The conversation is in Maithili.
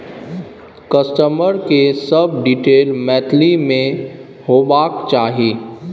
कस्टमर के सब डिटेल मैथिली में होबाक चाही